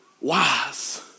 wise